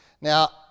Now